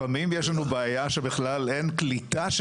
לפעמים יש לנו בעיה שבכלל אין קליטה,